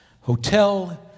Hotel